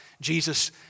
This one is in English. Jesus